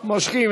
מושכים.